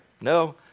No